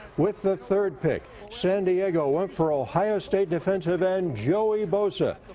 with the third pick. san diego went for ohio state defenisve end joey bosa.